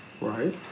Right